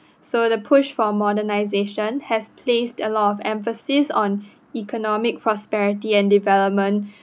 so the push for modernisation has placed a lot of emphasis on economic prosperity and development